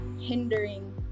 hindering